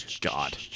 God